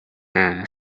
and